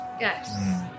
yes